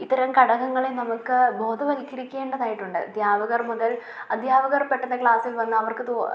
ഇത്തരം ഘടകങ്ങളെ നമുക്ക് ബോധവത്ക്കരിക്കേണ്ടതായിട്ടുണ്ട് അദ്ധ്യാപകർ മുതൽ അദ്ധ്യാപകർ പെട്ടെന്ന് ക്ലാസ്സിൽ വന്നവർക്ക് തോ